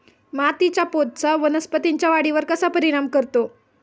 मातीच्या पोतचा वनस्पतींच्या वाढीवर कसा परिणाम करतो?